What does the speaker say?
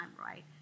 right